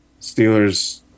Steelers